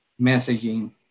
messaging